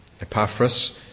Epaphras